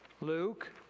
Luke